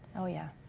oh yeah,